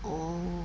oh